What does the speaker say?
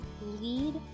lead